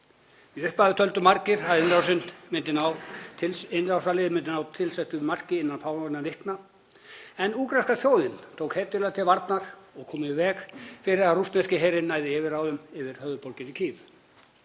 Í upphafi töldu margir að innrásarliðið myndi ná tilsettu marki innan fáeinna vikna en úkraínska þjóðin tók hetjulega til varna og kom í veg fyrir að rússneski herinn næði yfirráðum yfir höfuðborginni Kiev.